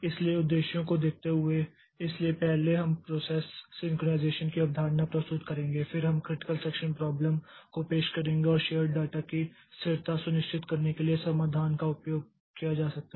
इसलिए उद्देश्यों को देखते हुए इसलिए पहले हम प्रोसेस सिंकरनाइज़ेशन की अवधारणा प्रस्तुत करेंगे फिर हम क्रिटिकल सेक्षन प्राब्लम को पेश करेंगे और शेर्ड डेटा की स्थिरता सुनिश्चित करने के लिए समाधान का उपयोग किया जा सकता है